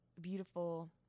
beautiful